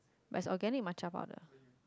but it is organic matcha powder